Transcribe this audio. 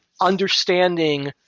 understanding